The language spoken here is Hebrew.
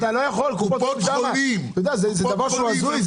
זה דבר שהוא הזוי,